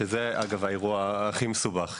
שזה האירוע הכי מסובך.